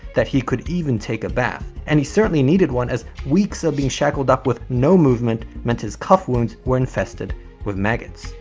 that he could even take a bath. and he certainly needed one as weeks of being shackled up with no movement meant his cuff wounds were infested with maggots.